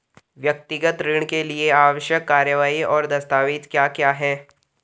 व्यक्तिगत ऋण के लिए आवश्यक कार्यवाही और दस्तावेज़ क्या क्या हैं?